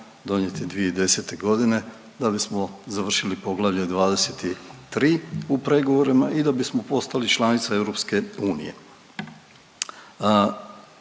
donijeti 2010.g. da bismo završili poglavlje 23 u pregovorima i da bismo postali članica EU. Ovaj